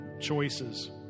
choices